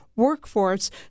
workforce